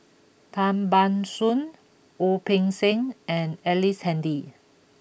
Tan Ban Soon Wu Peng Seng and Ellice Handy